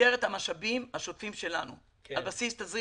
במסגרת המשאבים השוטפים שלנו, על בסיס תזרים